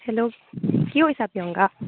hello কি কৰিছা প্ৰিয়ংকা